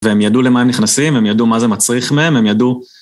והם ידעו למה הם נכנסים, הם ידעו מה זה מצריך מהם, הם ידעו...